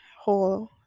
whole